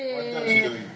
ya